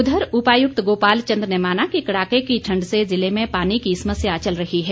उधर उपायुक्त गोपाल चंद ने माना कि कड़ाके की ठण्ड से जिले में पानी की समस्या चल रही है